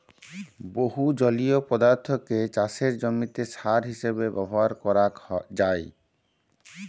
বহু জলীয় পদার্থকে চাসের জমিতে সার হিসেবে ব্যবহার করাক যায়